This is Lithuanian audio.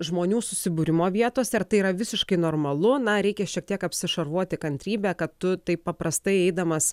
žmonių susibūrimo vietose ir tai yra visiškai normalu na reikia šiek tiek apsišarvuoti kantrybę kad tu taip paprastai eidamas